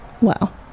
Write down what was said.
Wow